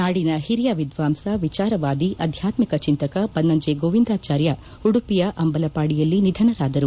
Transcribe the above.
ನಾದಿನ ಹಿರಿಯ ವಿದ್ಯಾಂಸ ವಿಚಾರವಾದಿ ಆಧ್ಯಾತ್ಮಿಕ ಚಿಂತಕ ಬನ್ನಂಜೆ ಗೋವಿಂದಾಚಾರ್ಯ ಉಡುಪಿಯ ಅಂಬಲಪಾಡಿಯಲ್ಲಿ ನಿಧನರಾದರು